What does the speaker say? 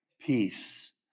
peace